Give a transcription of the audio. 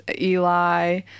Eli